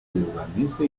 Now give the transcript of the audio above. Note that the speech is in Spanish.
desvanece